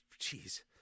Jeez